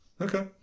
Okay